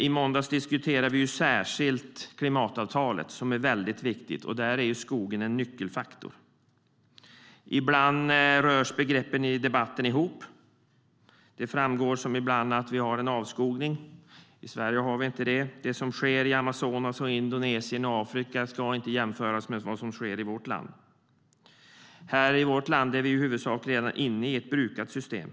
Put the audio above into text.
I måndags diskuterade vi ju särskilt klimatavtalet, som är väldigt viktigt, och där är skogen en nyckelfaktor. Ibland rörs begreppen i debatten ihop. Det framstår ibland som om vi har en avskogning. Det har vi inte i Sverige. Det som sker i Amazonas, Indonesien och Afrika ska inte jämföras med vad som sker i vårt land. Här i Sverige är skogen redan inne i ett brukat system.